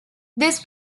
this